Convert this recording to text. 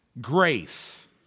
Grace